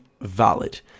valid